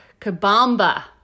Kabamba